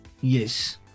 Yes